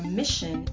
mission